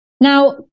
Now